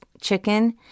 chicken